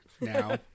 now